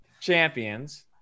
champions